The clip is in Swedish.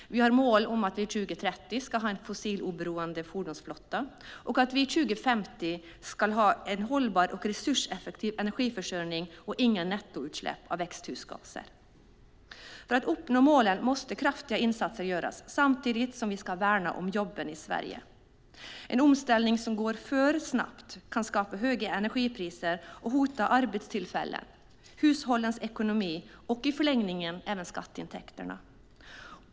Vi har som mål att vi 2030 ska ha en fossiloberoende fordonsflotta och att vi 2050 ska ha en hållbar och resurseffektiv energiförsörjning och inga nettoutsläpp av växthusgaser. För att uppnå målen måste kraftiga insatser göras samtidigt som vi ska värna om jobben i Sverige. En omställning som går för snabbt kan skapa höga energipriser och hota arbetstillfällen, hushållens ekonomi och i förlängningen även skatteintäkterna.